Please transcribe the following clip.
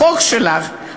החוק שלך,